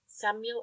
Samuel